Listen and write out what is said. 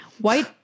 White-